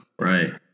Right